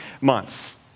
months